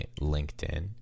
LinkedIn